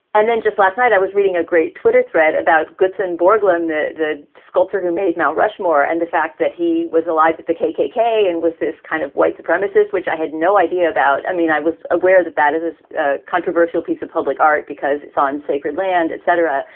and then just last night, i was reading a great twitter thread about goodson borglum, the the sculptor who made mount rushmore, and the fact that he was allied with the kkk and was this kind of white supremacist, which i had no idea about. i mean, i was aware that that is is a controversial piece of public art because it's on sacred land, et cetera.